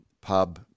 pub